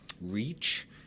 reach